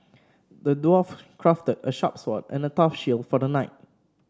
the dwarf crafted a sharp sword and a tough shield for the knight